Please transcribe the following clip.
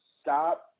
stop